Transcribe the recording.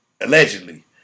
Allegedly